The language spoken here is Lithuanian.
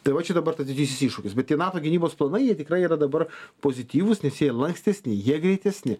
tai va čia dabar tas didysis iššūkis bet tie nato gynybos planai jie tikrai yra dabar pozityvūs nes jie lankstesni jie greitesni